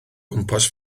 gwmpas